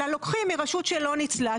אלא לוקחים מרשות שלא ניצלה,